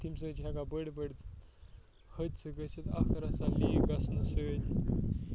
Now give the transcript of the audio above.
تمہِ سۭتۍ چھِ ہٮ۪کان بٔڑۍ بٔڑۍ حٲدثہٕ گٔژھِتھ اَکھ رَژھا لیٖک گژھںہٕ سۭتۍ